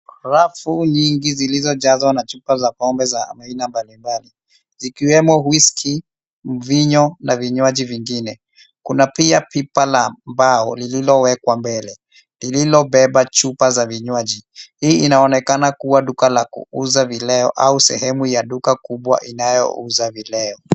Rafu nyingi zilizojazwa na chupa za pombe za aina mbalimbali. Zikiwemo: Whiskey, Mvinyo na vinywaji vingine. Kuna pia pipa la mbao lililowekwa mbele, lililobeba chupa za vinywaji. Hii inaonekana kuwa duka la kuuza vileo au sehemu ya duka kubwa inayouza vileo.